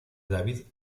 david